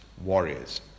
warriors